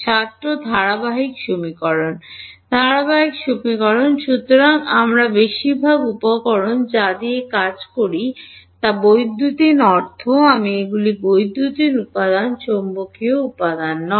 ছাত্র ধারাবাহিক সমীকরণ ধারাবাহিক সমীকরণ সুতরাং আমরা বেশিরভাগ উপকরণ যা দিয়ে কাজ করি তা বৈদ্যুতিন অর্থ আমি এগুলি বৈদ্যুতিক উপাদান চৌম্বকীয় উপাদান নয়